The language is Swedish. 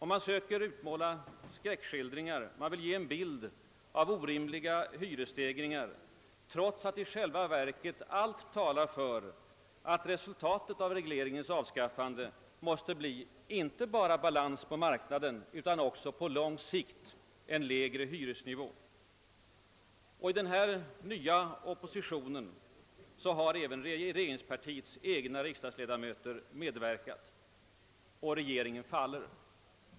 Man gör skräckmålningar av orimliga hyresstegringar trots att allt i själva verket talar för att resultatet av regleringens avskaffande måste bli inte bara balans på marknaden utan också på sikt en lägre hyresnivå. I denna nya opposition har även regeringspartiets egna riksdagsledamöter medverkat med motioner av olika slag, och regeringen har fallit undan.